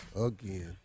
again